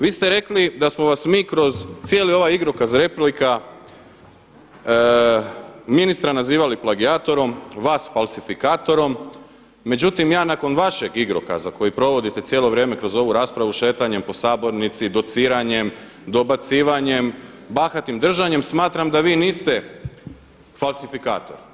Vi ste rekli da smo vas mi kroz cijeli ovaj igrokaz replika ministra nazivali plagijatorom, vas falsifikatorom, međutim ja nakon vašeg igrokaza koji provodite cijelo vrijeme kroz ovu raspravu šetanjem po sabornici, dociranjem, dobacivanjem, bahatim držanjem smatram da vi niste falsifikator.